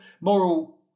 moral